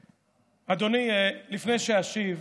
אדוני, לפני שאשיב,